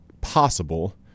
possible